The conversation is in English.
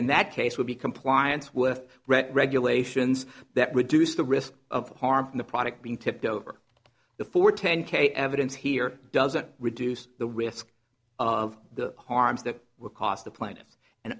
in that case would be compliance with ret regulations that reduce the risk of harm from the product being tipped over the four ten k evidence here doesn't reduce the risk of the harms that would cost the pla